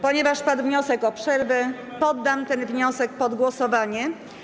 Ponieważ padł wniosek o przerwę, poddam ten wniosek pod głosowanie.